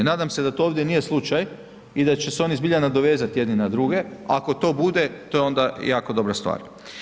Nadam se da to ovdje nije slučaj i da će se oni zbilja nadovezat jedni na druge, ako to bude to je onda jako dobra stvar.